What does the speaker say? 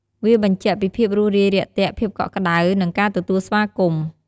វាបញ្ជាក់ពីភាពរួសរាយរាក់ទាក់ ភាពកក់ក្តៅ និងការទទួលស្វាគមន៍។